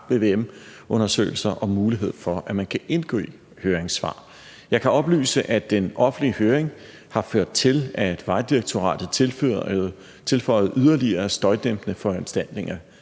vvm-undersøgelser og mulighed for, at man kan indgive høringssvar. Jeg kan oplyse, at den offentlige høring har ført til, at Vejdirektoratet tilføjede yderligere støjdæmpende foranstaltninger